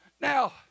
Now